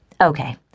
Okay